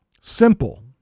Simple